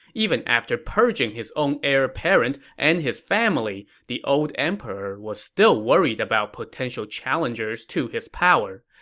even after purging his own heir apparent and his family, the old emperor was still worried about potential challengers to his power.